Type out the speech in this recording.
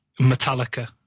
Metallica